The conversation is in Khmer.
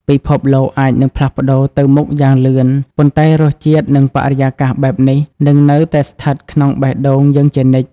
ពិភពលោកអាចនឹងផ្លាស់ប្តូរទៅមុខយ៉ាងលឿន ប៉ុន្តែរសជាតិ និងបរិយាកាសបែបនេះនឹងនៅតែស្ថិតក្នុងបេះដូងយើងជានិច្ច។